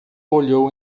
olhou